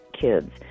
kids